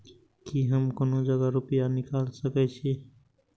की हम कोनो जगह रूपया निकाल सके छी?